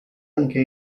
anche